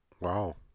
wow